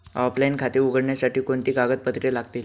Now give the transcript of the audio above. Offline खाते उघडण्यासाठी कोणती कागदपत्रे लागतील?